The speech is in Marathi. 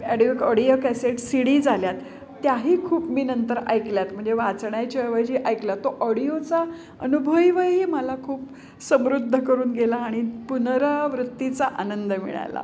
audio audio cassette CDs आल्यात त्याही खूप मी नंतर ऐकल्यात म्हणजे वाचण्याच्या ऐवजी ऐकला तो ऑडिओचा अनुभवही मला खूप समृद्ध करून गेला आणि पुनरावृत्तीचा आनंद मिळाला